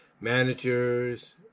managers